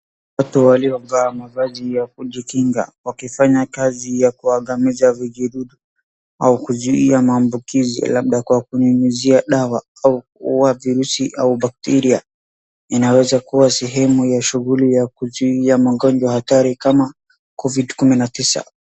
Watu waliovaa mavazi ya kujikinga wakifanya kazi ya kuwaangamiza vijidudu au kuzuia maambukizi labda kwa kunyunyuzia dawa kuua virusi au bakteria. Inaweza kuwa sehemu ya shuguli ya kuzuia magonjwa hatari kama Covid kumi na tisa.